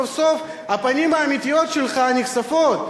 אני מברך אותך שסוף-סוף הפנים האמיתיות שלך נחשפות,